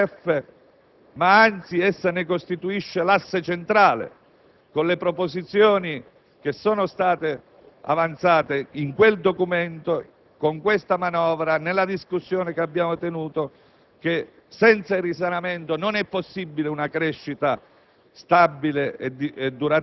disegnata nel DPEF, ma, anzi, essa ne costituisce l'asse centrale, con le proposizioni che sono state avanzate in quel documento, con questa manovra e nella discussione che abbiamo tenuto. In base a tali proposizioni, senza il risanamento non è possibile una crescita